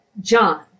John